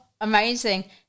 Amazing